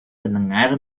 mendengar